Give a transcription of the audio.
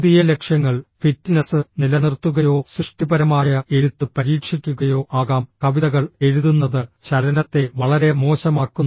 പുതിയ ലക്ഷ്യങ്ങൾ ഫിറ്റ്നസ് നിലനിർത്തുകയോ സൃഷ്ടിപരമായ എഴുത്ത് പരീക്ഷിക്കുകയോ ആകാം കവിതകൾ എഴുതുന്നത് ചലനത്തെ വളരെ മോശമാക്കുന്നു